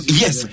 yes